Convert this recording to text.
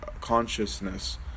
consciousness